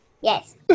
Yes